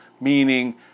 meaning